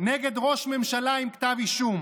נגד ראש ממשלה עם כתב אישום